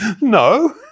No